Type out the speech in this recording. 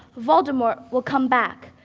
voldemort will come back.